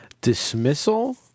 Dismissal